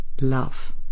Love